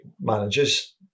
managers